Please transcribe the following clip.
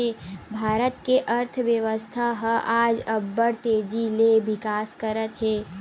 भारत के अर्थबेवस्था ह आज अब्बड़ तेजी ले बिकास करत हे